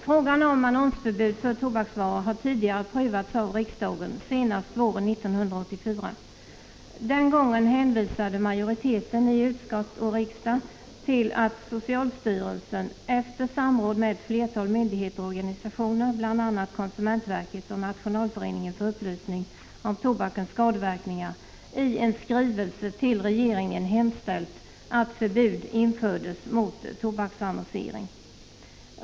Frågan om förbud mot annonsering av tobaksvaror har tidigare prövats av riksdagen, senast våren 1984. Den gången hänvisade majoriteten i utskott och riksdag till att socialstyrelsen efter samråd med ett flertal myndigheter och organisationer, bl.a. konsumentverket och Nationalföreningen för upplysning om tobakens skadeverkningar, i en skrivelse till regeringen hemställt att förbud skulle införas mot tobaksannonsering.